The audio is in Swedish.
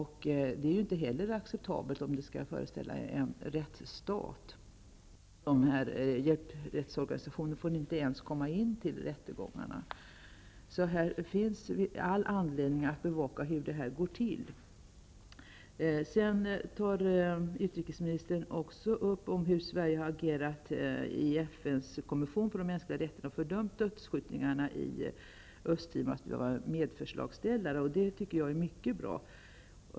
Det är inte heller acceptabelt, om det nu skall föreställa en rättsstat. Dessa rättshjälpsorganisationer får inte ens närvara vid rättegångarna. Här finns all anledning att bevaka hur det går till. Vidare redogör utrikesministern för hur Sverige agerar i FN:s kommission för mänskliga rättigheter, fördömer dödsskjutningarna i Östtimor och är medförslagsställare. Det är mycket bra.